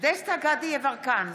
דסטה גדי יברקן,